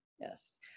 yes